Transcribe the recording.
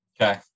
Okay